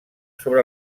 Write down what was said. sobre